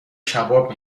کباب